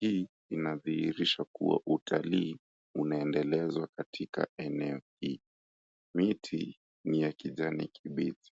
hii inadhihirisha kuwa utalii umeendelezwa katika eneo hii. Miti ni ya kijani kibichi.